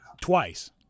twice